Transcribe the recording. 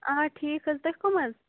آ ٹھیٖک حظ تُہۍ کَم حظ